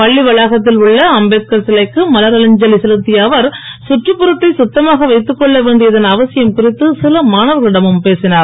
பள்ளி வளாகத்தில் உள்ள அம்பேத்கார் சிலைக்கு மலர் அஞ்சலி செலுத்திய அவர் கற்றுப்புறத்தை சுத்தமாக வைத்துக்கொள்ள வேண்டியதன் அவசியம் குறித்து சில மாணவர்களிடமும் பேசினுர்